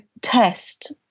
test